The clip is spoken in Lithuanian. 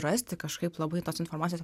rasti kažkaip labai tos informacijos